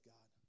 God